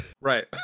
Right